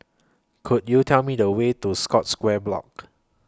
Could YOU Tell Me The Way to Scotts Square Block